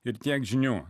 ir tiek žinių